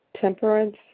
temperance